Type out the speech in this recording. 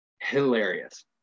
hilarious